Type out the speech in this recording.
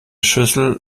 schüssel